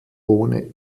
ohne